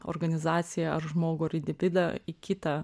organizaciją ar žmogųar individą į kitą